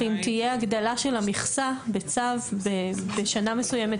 אם תהיה הגדלה של המכסה בצו בשנה מסוימת